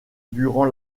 durant